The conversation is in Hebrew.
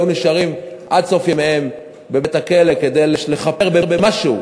היו נשארים עד סוף ימיהם בבתי-הכלא כדי לכפר במשהו,